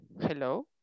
hello